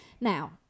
Now